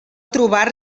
trobar